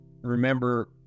remember